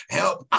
help